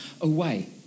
away